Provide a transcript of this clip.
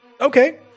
Okay